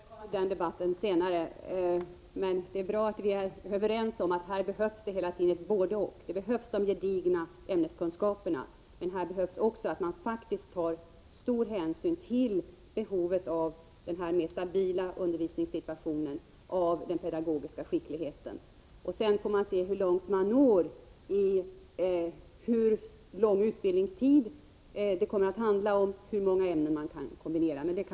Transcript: Herr talman! Vi får som sagt återkomma till den debatten senare. Det är bra att vi är överens om att det här hela tiden behövs både-och: man behöver de gedigna ämneskunskaperna, men man behöver också ta stor hänsyn till behovet av den stabila undervisningssituationen och av den pedagogiska skickligheten. Man får sedan se hur långt man når — hur lång utbildningstid det kommer att handla om, hur många ämnen man kan kombinera, osv.